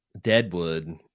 Deadwood